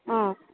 অ'